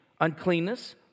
uncleanness